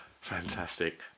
fantastic